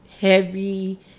heavy